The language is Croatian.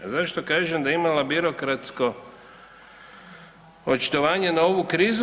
A zašto kažem da je imala birokratsko očitovanje na ovu krizu?